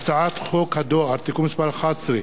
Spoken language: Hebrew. הצעת חוק הדואר (תיקון מס' 11),